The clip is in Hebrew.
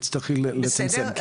אז תצטרכי לצמצם,